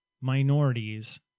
minorities